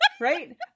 right